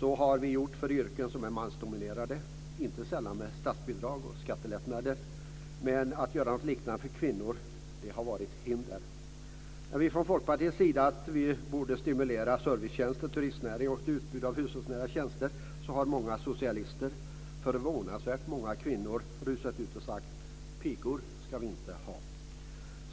Så har vi ju gjort för yrken som är mansdominerade, inte sällan med statsbidrag och skattelättnader. Men när det gäller att göra något liknande för kvinnor har det varit hinder. När Folkpartiet sagt att vi borde stimulera servicetjänsterna, turistnäringen och utbudet av hushållsnära tjänster har många socialister - förvånansvärt många kvinnor - rusat ut och sagt att : "pigor" ska vi inte ha.